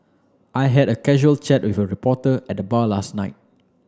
I had a casual chat with a reporter at the bar last night